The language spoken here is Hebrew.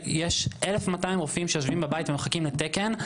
יש 1,200 רופאים שיושבים בבית ומחכים לתקן.